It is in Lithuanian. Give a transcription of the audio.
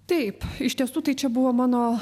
taip iš tiesų tai čia buvo mano